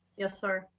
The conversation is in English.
yes sir.